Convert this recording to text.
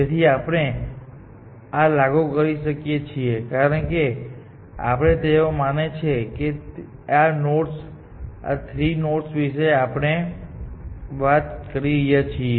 તેથી આપણે આ લાગુ કરી શકીએ છીએ કારણ કે આપણે તેઓ માને છે કે આ નોડ્સ આ 3 નોડ્સ વિશે આપણે વાત કરી રહ્યા છીએ